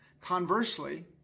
Conversely